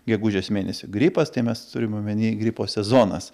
gegužės mėnesį gripas tai mes turim omeny gripo sezonas